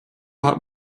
hat